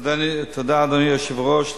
תודה, אדוני היושב-ראש.